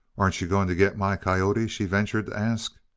aren't you going to get my coyote? she ventured to ask.